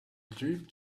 drift